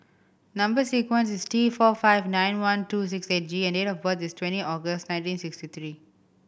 number sequence is T four five nine one two six eight G and date of birth is twenty August nineteen sixty three